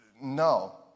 No